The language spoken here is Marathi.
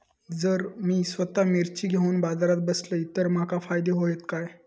जर मी स्वतः मिर्ची घेवून बाजारात बसलय तर माका फायदो होयत काय?